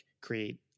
create